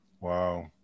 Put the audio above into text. wow